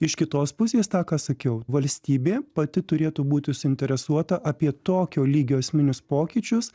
iš kitos pusės tą ką sakiau valstybė pati turėtų būti suinteresuota apie tokio lygio esminius pokyčius